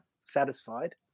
satisfied